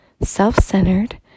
self-centered